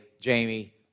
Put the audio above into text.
Jamie